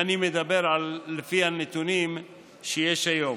אם אני מדבר על הנתונים שיש היום.